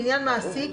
לעניין מעסיק,